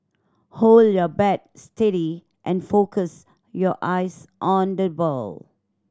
hold your bat steady and focus your eyes on the ball